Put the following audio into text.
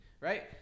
right